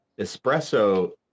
espresso